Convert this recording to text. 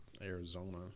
Arizona